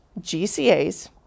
GCA's